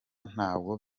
ntabwo